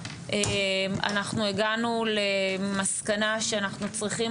אנחנו הגענו למסקנה שאנחנו צריכים